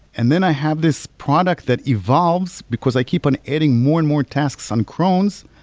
and then i have this product that evolves, because i keep on adding more and more tasks on crons,